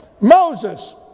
Moses